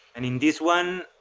and in this one,